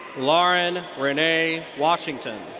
lauren renee washington.